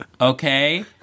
Okay